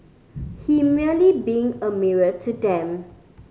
he merely being a mirror to them